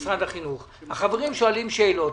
החברים שואלים שאלות.